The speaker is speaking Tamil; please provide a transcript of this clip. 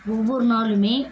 ஒவ்வொரு நாளுமே